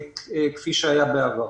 כפי שהיה בעבר.